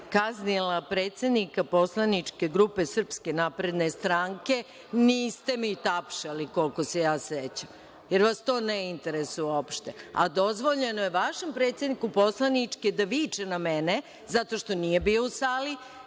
kaznila predsednika poslaničke grupe SNS, niste mi tapšali, koliko se ja sećam, jer vas to ne interesuje uopšte, a dozvoljeno je vašem predsedniku poslaničke grupe da viče na mene, zato što nije bio u sali